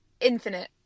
Infinite